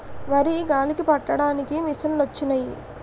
వరి గాలికి పట్టడానికి మిసంలొచ్చినయి